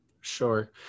Sure